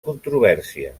controvèrsia